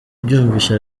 abyumvise